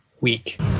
week